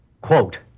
Quote